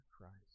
Christ